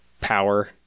power